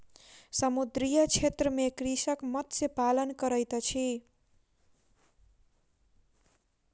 समुद्रीय क्षेत्र में कृषक मत्स्य पालन करैत अछि